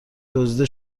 دزدیده